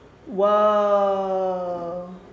Whoa